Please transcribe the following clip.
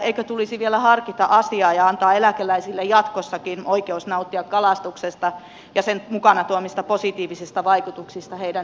eikö tulisi vielä harkita asiaa ja antaa eläkeläisille jatkossakin oikeus nauttia kalastuksesta ja sen mukanaan tuomista positiivisista vaikutuksista heidän hyvinvointiinsa